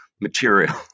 material